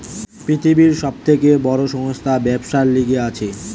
পৃথিবীর সব থেকে বড় সংস্থা ব্যবসার লিগে আছে